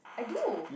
I do